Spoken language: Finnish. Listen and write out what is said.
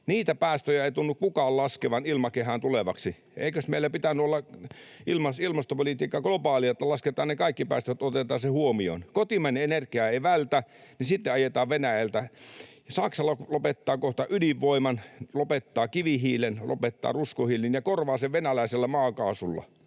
Niitä päästöjä ei tunnu kukaan laskevan ilmakehään tuleviksi. Eikös meillä pitänyt olla ilmastopolitiikka globaalia, että lasketaan kaikki päästöt, otetaan ne huomioon? Kun kotimainen energia ei vältä, niin sitten ajetaan Venäjältä. Saksa lopettaa kohta ydinvoiman, lopettaa kivihiilen, lopettaa ruskohiilen ja korvaa sen venäläisellä maakaasulla.